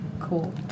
Cool